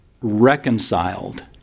reconciled